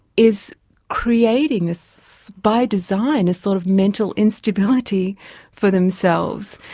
is creating ah so by design a sort of mental instability for themselves.